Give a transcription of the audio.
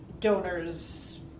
donors